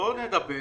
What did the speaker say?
בואו נדבר